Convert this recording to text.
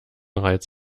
reiz